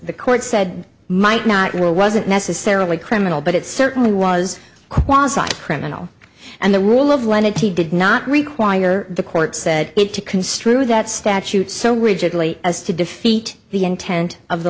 the court said might not rule wasn't necessarily criminal but it certainly was quasi criminal and the rule of lenity did not require the court said it to construe that statute so rigidly as to defeat the intent of the